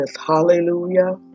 Hallelujah